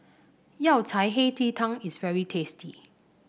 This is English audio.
Yao Cai Hei Ji Tang is very tasty